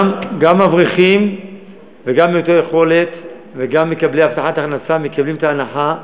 גם אברכים וגם מעוטי יכולת וגם מקבלי הבטחת הכנסה מקבלים את ההנחה,